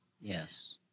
Yes